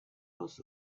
was